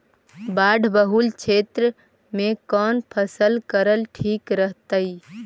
बाढ़ बहुल क्षेत्र में कौन फसल करल ठीक रहतइ?